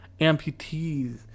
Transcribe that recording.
amputees